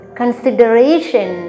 consideration